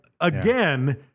again